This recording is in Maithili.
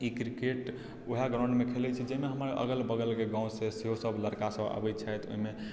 ई क्रिकेट ओएह ग्राउंडमे खेलैत छी जाहिमे हमर अगल बगलके गाँवसँ सेहो सभ लड़कासभ आबैत छथि ओहिमे